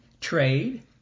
trade